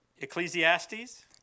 Ecclesiastes